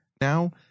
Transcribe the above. now